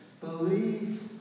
Believe